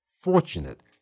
fortunate